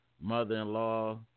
mother-in-law